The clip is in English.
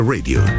Radio